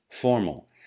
formal